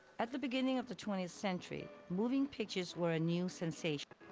at the beginning of the twentieth century, moving pictures were a new sensation.